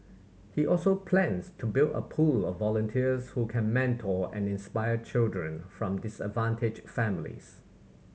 he also plans to build a pool of volunteers who can mentor and inspire children from disadvantaged families